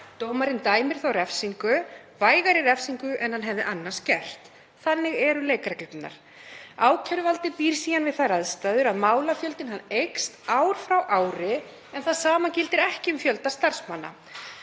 Dómarinn dæmir þá vægari refsingu en hann hefði annars gert. Þannig eru leikreglurnar. Ákæruvaldið býr síðan við þær aðstæður að málafjöldinn eykst ár frá ári en það sama gildir ekki um fjölda starfsmanna.